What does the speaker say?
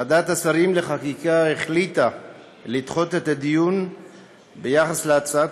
ועדת השרים לחקיקה החליטה לדחות את הדיון בהצעת